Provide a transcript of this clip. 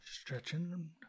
Stretching